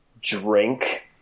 Drink